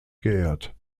geehrt